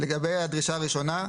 לגבי הדרישה הראשונה,